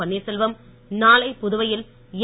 பன்னீர்செல்வம் நாளை புதுவையில் என்